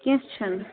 کیٚنٛہہ چھُنہٕ